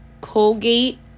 Colgate